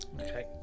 Okay